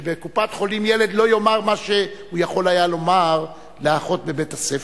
שכן בקופת-חולים ילד לא יאמר מה שהוא יכול היה לומר לאחות בבית-הספר.